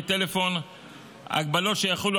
--- הצעת חוק מאוד ליברלית --- די.